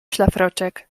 szlafroczek